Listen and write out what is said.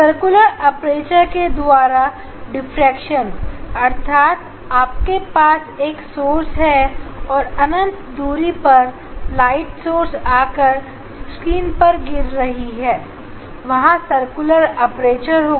circular aperture के द्वारा diffraction अर्थात आपके पास एक सोर्स है अनंत दूरी पर और लाइट सोर्स आकर स्क्रीन पर गिर रही है वहां सर्कुलर अपर्चर होगा